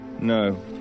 No